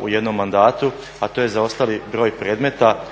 u jednom mandatu, a to je zaostali broj predmeta